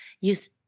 use